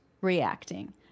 reacting